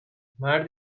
مرد